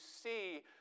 see